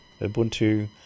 Ubuntu